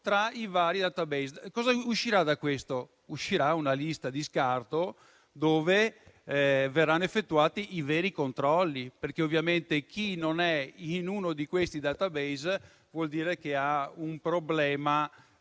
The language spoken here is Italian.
tra i vari *database.* Da questo uscirà una lista di scarto dove verranno effettuati i veri controlli: ovviamente, chi non è in uno di quei *database* vuol dire che ha un problema